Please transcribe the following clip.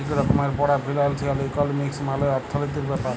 ইক রকমের পড়া ফিলালসিয়াল ইকলমিক্স মালে অথ্থলিতির ব্যাপার